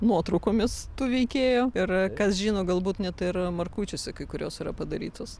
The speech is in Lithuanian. nuotraukomis tų veikėjų ir kas žino galbūt net ir markučiuose kai kurios yra padarytos